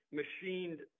machined